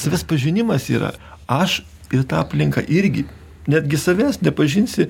savęs pažinimas yra aš ir ta aplinka irgi netgi savęs nepažinsi